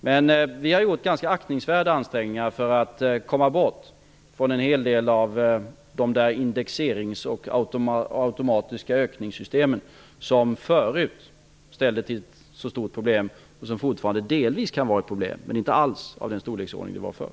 Men vi har gjort ganska aktningsvärda ansträngningar för att komma bort från en hel del av indexeringarna och de automatiska ökningssystemen som förut ställde till ett så stort problem, och som fortfarande delvis kan vara ett problem, men inte alls av den storleksordning som det var förr.